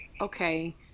okay